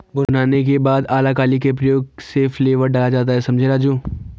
भुनाने के बाद अलाकली के प्रयोग से फ्लेवर डाला जाता हैं समझें राजु